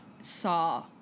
saw